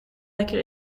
lekker